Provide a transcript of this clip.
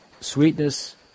sweetness